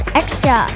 extra